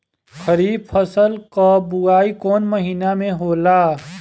खरीफ फसल क बुवाई कौन महीना में होला?